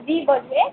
जी बोलिए